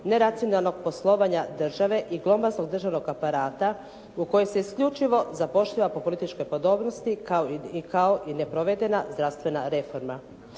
neracionalnog poslovanja države i glomaznog državnog aparata u kojoj se isključivo zapošljava po političkoj podobnosti kao i ne provedena zdravstvena reforma.